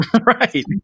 Right